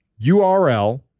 URL